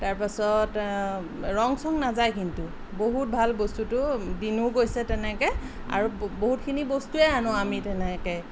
তাৰপিছত ৰং চং নাযায় কিন্তু বহুত ভাল বস্তুটো দিনো গৈছে তেনেকৈ আৰু বহুতখিনি বস্তুৱে আনো আমি তেনেকৈ